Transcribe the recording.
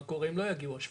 מה קורה אם לא יגיעו השפכים,